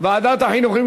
ועדת החינוך.